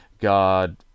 God